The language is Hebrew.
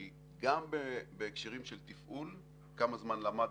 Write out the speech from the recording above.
כי גם בהקשרים של תפעול כמה זמן למדת,